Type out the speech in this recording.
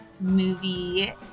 movie